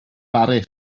baris